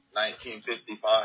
1955